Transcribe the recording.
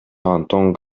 антон